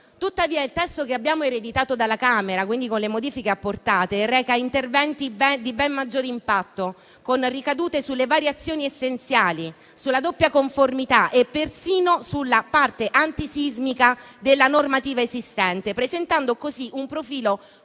Tuttavia, il testo che abbiamo ereditato dalla Camera, quindi con le modifiche apportate, reca interventi di ben maggiore impatto, con ricadute sulle variazioni essenziali, sulla doppia conformità e persino sulla parte antisismica della normativa esistente, presentando così un profilo